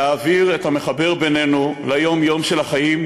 להעביר את המחבר בינינו ליום-יום של החיים,